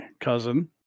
cousin